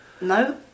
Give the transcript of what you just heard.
No